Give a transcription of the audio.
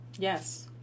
Yes